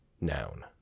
noun